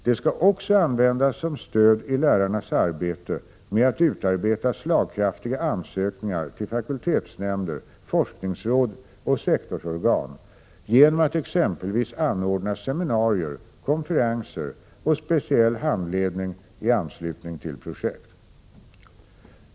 De skall också användas som stöd i lärarnas arbete med att utarbeta slagkraftiga ansökningar till fakultetsnämnder, forskningsråd och sektorsorgan genom att exempelvis anordna seminarier, konferenser och speciell handledning i anslutning till projekt.